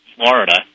Florida